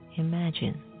Imagine